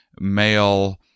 Male